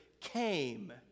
came